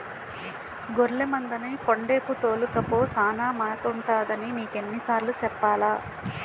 గొర్లె మందని కొండేపు తోలుకపో సానా మేతుంటదని నీకెన్ని సార్లు సెప్పాలా?